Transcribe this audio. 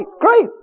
great